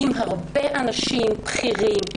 עם הרבה אנשים בכירים,